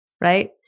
right